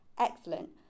Excellent